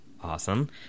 Awesome